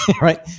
right